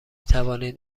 توانید